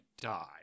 die